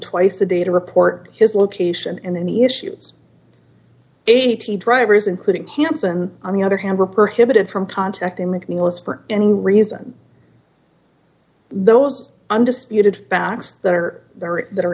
twice a day to report his location and any issues eighty drivers including hanson on the other hand were prohibited from contacting mcneil as for any reason those undisputed facts that are very that are